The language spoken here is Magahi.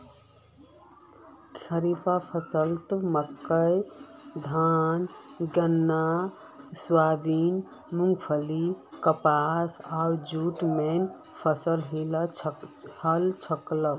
खड़ीफ फसलत मक्का धान गन्ना सोयाबीन मूंगफली कपास आर जूट मेन फसल हछेक